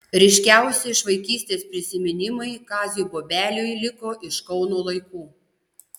ryškiausi iš vaikystės prisiminimai kaziui bobeliui liko iš kauno laikų